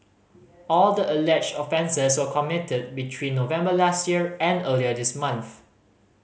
all the alleged offences were committed between November last year and earlier this month